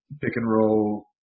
pick-and-roll